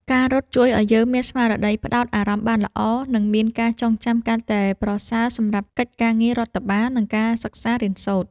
ការរត់ជួយឱ្យយើងមានស្មារតីផ្ដោតអារម្មណ៍បានល្អ និងមានការចងចាំកាន់តែប្រសើរសម្រាប់កិច្ចការងាររដ្ឋបាល និងការសិក្សារៀនសូត្រ។